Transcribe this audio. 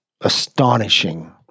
astonishing